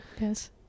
yes